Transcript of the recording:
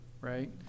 right